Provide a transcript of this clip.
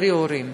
קרי: ההורים,